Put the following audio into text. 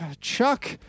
Chuck